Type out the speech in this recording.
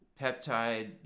peptide